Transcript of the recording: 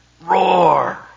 roar